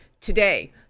today